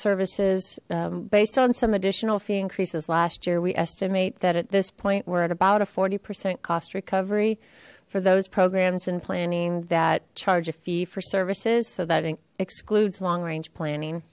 services based on some additional fee increases last year we estimate that at this point we're at about a forty percent cost recovery for those programs and planning that charge a fee for services so that it excludes long range planning